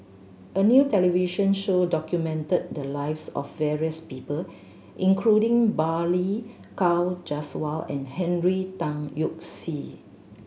a new television show documented the lives of various people including Balli Kaur Jaswal and Henry Tan Yoke See